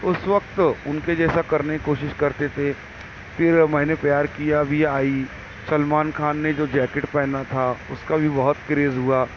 اس وقت ان کے جیسا کرنے کی کوشش کرتے تھے پھر میں نے پیار کیا بھی آئی سلمان خان نے جو جیکٹ پہنا تھا اس کا بھی بہت کریز ہوا